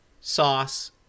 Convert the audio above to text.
sauce